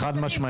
חד-משמעית.